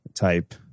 type